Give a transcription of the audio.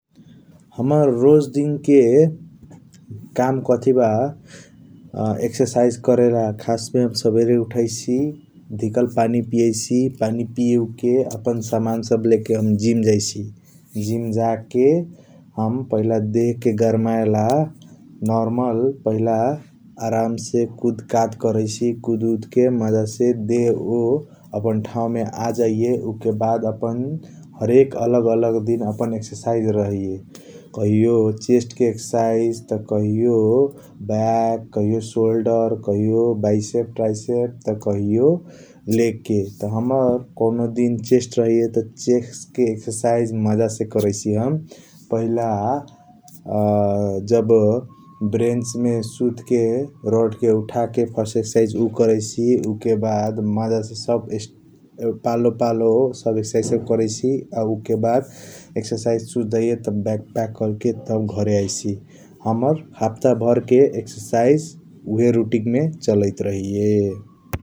हाम्रा रोज दिन के काम कथी बा आ एक्सर्साइज़ करेला खसस मे हम सबेरे उठाईसी ढिकल पनि पियाईसी पनि पीओके । अपन सामना सब लेके हम जिम जैसी जिम जाके हम पहिला देह के गरमेल नॉर्मल पहिला आराम से कूद काद करैसी । कूद उद के मज़ा से देह ओह अपन ठाऊ मे आजाइया उके बाद आपन हरेक आगल आगल दिन अपन एक्सर्साइज़ रहैया । कहियों चेस्ट के एक्सर्साइज़ त कहियों बैक कहियों शोल्डर त कहियों बईसेप तराइसेप त कहियों लेग के त हाम्रा कॉनो । दिन चेस्ट के एक्सर्साइज़ मज़ा से करैसी हम पहिला जब हम बेनच मे सूत के रोड के उठा के फर्स्ट एक्सर्साइज़ उ करैसी । उ के बाद मज़ा से सब पालो पालो सब एक्सर्साइज़ सब करैसी आ उके बाद एक्सर्साइज़ सब सुध जाइयता त बाग पैक कर के अपन रूम मे आईसी । हाम्रा हप्ता व्यर के हय रूटीन रहैया ।